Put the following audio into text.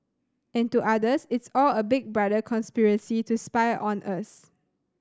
and to others it's all a Big Brother conspiracy to spy on us